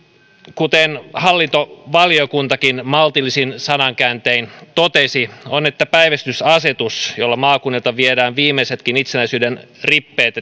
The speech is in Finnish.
kuten hallintovaliokuntakin maltillisin sanankääntein totesi on se että päivystysasetus jolla maakunnilta viedään viimeisetkin itsenäisyyden rippeet